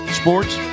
sports